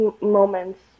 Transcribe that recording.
moments